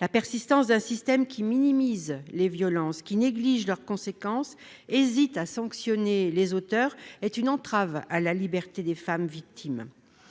La persistance d'un système qui minimise les violences, néglige leurs conséquences et hésite à sanctionner les auteurs constitue une entrave à la liberté des femmes victimes